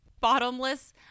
Bottomless